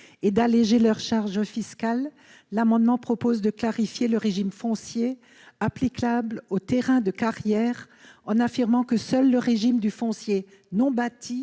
et d'alléger leurs charges fiscales, l'amendement vise à clarifier le régime foncier applicable aux terrains de carrière, en affirmant que seul le régime du foncier non bâti